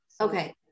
okay